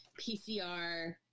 PCR